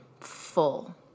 Full